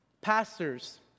Pastors